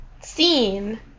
scene